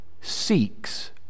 seeks